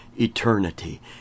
eternity